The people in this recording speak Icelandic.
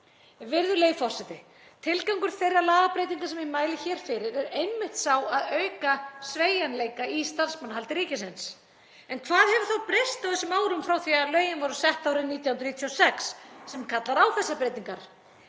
Virðulegi forseti. Tilgangur þeirra lagabreytinga sem ég mæli hér fyrir er einmitt sá að auka sveigjanleika í starfsmannahaldi ríkisins. En hvað hefur breyst á þessum árum frá því að lögin voru sett árið 1996 sem kallar á þessar breytingar